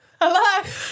Hello